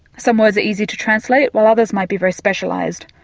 some words are easy to translate, while other might be very specialised,